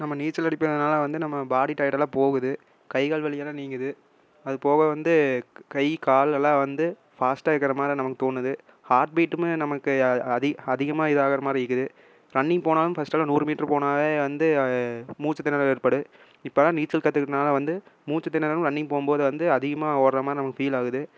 நம்ம நீச்சல் அடிப்பதுனால் வந்து நம்ம பாடி டையடெல்லாம் போகுது கைகால் வலி எல்லாம் நீங்குது அது போக வந்து கை கால் எல்லாம் வந்து ஃபாஸ்ட்டாக இருக்கிற மாதிரி நமக்கு தோணுது ஹார்ட் பீட்டும் நமக்கு அதிக அதிகமாக இதாகிற மாதிரி இருக்குது ரன்னிங் போனாலும் ஃபர்ஸ்ட் எல்லாம் நூறு மீட்ரு போனாவே வந்து மூச்சு திணறல் ஏற்படும் இப்போலாம் நீச்சல் கற்றுக்கிறதுனால வந்து மூச்சு திணறலும் ரன்னிங் போகும்போது வந்து அதிகமாக ஓடுறா மாதிரி நம்மளுக்கு ஃபீல் ஆகுது